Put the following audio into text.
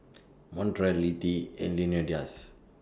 Montrell Littie and Leonidas